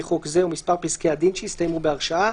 חוק זה ומספר פסקי הדין שהסתיימו בהרשעה,